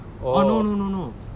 oh no no no